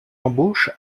embauche